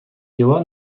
дела